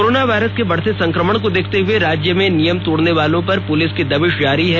corona virus के बढ़ते संक्रमण को देखते हुए राज्य में नियम तोड़ने वालों पर पुलिस की दबिश जारी है